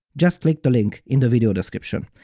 just click the link in the video description.